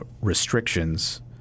restrictions